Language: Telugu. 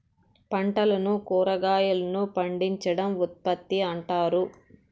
పంటలను కురాగాయలను పండించడం ఉత్పత్తి అంటారు